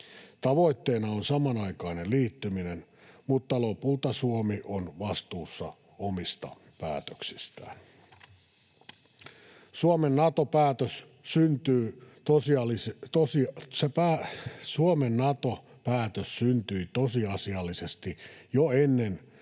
Tavoitteena on samanaikainen liittyminen, mutta lopulta Suomi on vastuussa omista päätöksistään. Suomen Nato-päätös syntyi tosiasiallisesti jo ennen